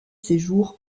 séjour